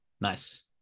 Nice